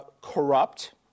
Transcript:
corrupt